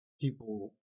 people